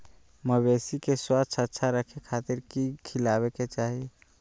मवेसी के स्वास्थ्य अच्छा रखे खातिर की खिलावे के चाही?